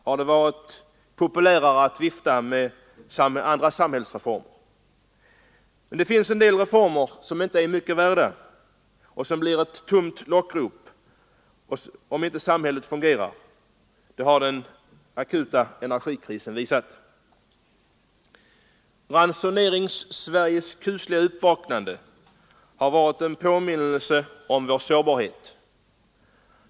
har det varit populärare att vifta med andra samhällsreformer. Men det finns en del reformer som inte är mycket värda, ja, som bara blir ett tomt lockrop, om inte samhället fungerar — det har den akuta energikrisen visat. Ransoneringssveriges kusliga uppvaknande har varit en påminnelse om vår sårbarhet.